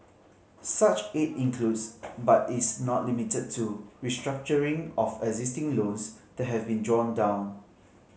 such aid includes but is not limited to restructuring of existing loans that have been drawn down